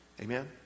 Amen